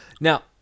Now